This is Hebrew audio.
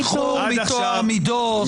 שחרור מטוהר המידות,